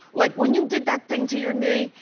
like when you did that thing to your knee,